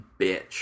bitch